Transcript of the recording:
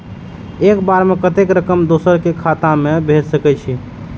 एक बार में कतेक रकम दोसर के खाता में भेज सकेछी?